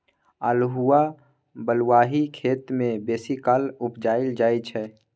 अल्हुआ बलुआही खेत मे बेसीकाल उपजाएल जाइ छै